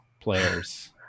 players